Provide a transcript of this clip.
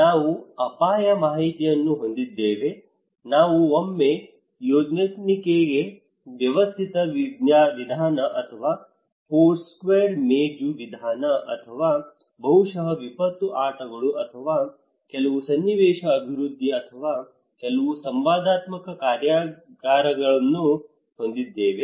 ನಾವು ಅಪಾಯ ಮಾಹಿತಿಯನ್ನು ಹೊಂದಿದ್ದೇವೆ ನಾವು ಒಮ್ಮೆ ಯೋನ್ಮೆನ್ಕೈಗಿ ವ್ಯವಸ್ಥೆ ವಿಧಾನ ಅಥವಾ Foursquare ಮೇಜು ವಿಧಾನ ಅಥವಾ ಬಹುಶಃ ವಿಪತ್ತು ಆಟಗಳು ಅಥವಾ ಕೆಲವು ಸನ್ನಿವೇಶ ಅಭಿವೃದ್ಧಿ ಅಥವಾ ಕೆಲವು ಸಂವಾದಾತ್ಮಕ ಕಾರ್ಯಾಗಾರಗಳನ್ನು ಹೊಂದಿದ್ದೇವೆ